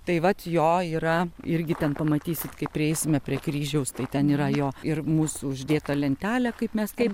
tai vat jo yra irgi ten pamatysit kaip prieisime prie kryžiaus tai ten yra jo ir mūsų uždėta lentelė kaip mes kaip